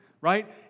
right